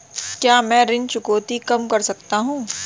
क्या मैं ऋण चुकौती कम कर सकता हूँ?